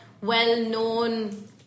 well-known